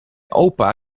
opa